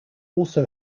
also